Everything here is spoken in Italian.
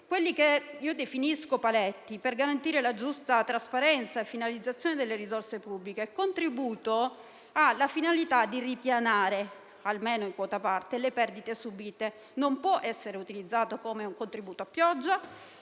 (quelli che io definisco paletti), per garantire la giusta trasparenza e finalizzazione delle risorse pubbliche. Il contributo ha la finalità di ripianare, almeno in quota parte, le perdite subite e non può essere utilizzato come un contributo a pioggia,